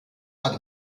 out